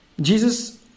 Jesus